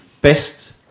best